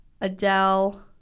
Adele